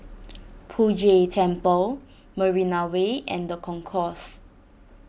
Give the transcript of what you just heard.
Poh Jay Temple Marina Way and the Concourse